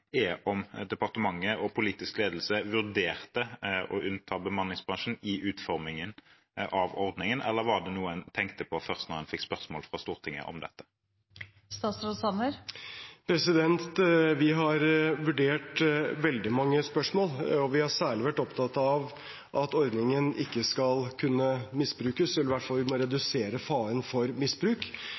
er om departementet og politisk ledelse vurderte å unnta bemanningsbransjen i utformingen av ordningen. Eller var det noe en tenkte på først da en fikk spørsmål fra Stortinget om dette? Vi har vurdert veldig mange spørsmål, og vi har særlig vært opptatt av at ordningen ikke skal kunne misbrukes, vi må i hvert fall redusere faren for misbruk. Og vi må også legge til rette for